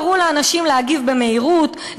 קראו לאנשים להגיב במהירות,